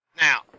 Now